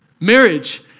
Marriage